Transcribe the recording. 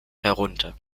herunter